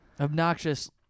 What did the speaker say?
Obnoxious